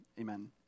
amen